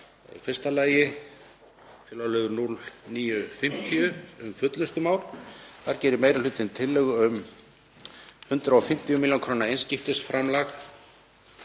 Í fyrsta lagi er það liður 09.50, um fullnustumál. Þar gerir meiri hlutinn tillögu um 150 millj. kr. einskiptisframlag